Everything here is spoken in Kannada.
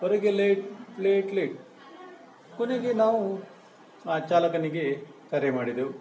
ಕೊನೆಗೆ ಲೇಟ್ ಲೇಟ್ ಲೇಟ್ ಕೊನೆಗೆ ನಾವು ಆ ಚಾಲಕನಿಗೆ ಕರೆ ಮಾಡಿದೆವು